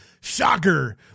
shocker